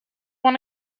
want